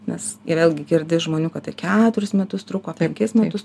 nes ir vėlgi girdi žmonių kad tai keturis metus truko penkis metus